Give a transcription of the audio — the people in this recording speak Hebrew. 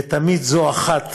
ותמיד זו אחת